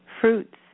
Fruits